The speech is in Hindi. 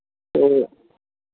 वे